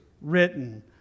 written